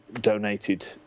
donated